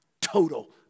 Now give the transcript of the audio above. total